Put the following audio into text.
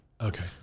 Okay